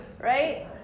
right